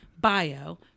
bio